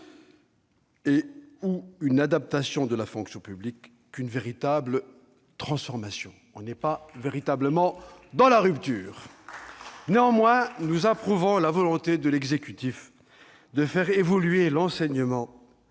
et une adaptation de la fonction publique qu'une véritable transformation. Nous ne sommes pas véritablement ici dans la rupture ! Ah non ! Néanmoins, nous approuvons la volonté de l'exécutif de faire évoluer l'environnement,